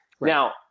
Now